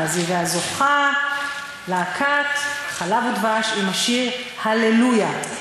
והזוכה: להקת "חלב ודבש" עם השיר "הללויה".